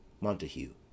Montague